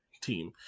Team